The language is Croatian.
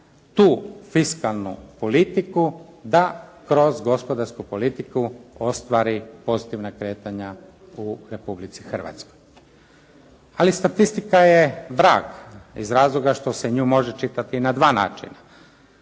tu fiskalnu politiku da kroz gospodarsku politiku ostvari pozitivna kretanja u Republici Hrvatskoj. Ali statistika je vrag iz razloga što se nju može čitati na dva načina